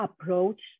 approach